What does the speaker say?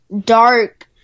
dark